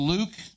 Luke